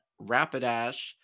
Rapidash